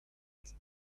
yet